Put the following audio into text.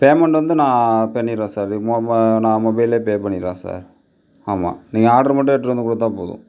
payment வந்து நான் பண்ணிடுவேன் சார் நான் மொபைல்லேயே பே பண்ணிடுவேன் சார் ஆமாம் நீங்கள் ஆட்ரு மட்டும் எடுத்துகிட்டு வந்து கொடுத்தாப் போதும்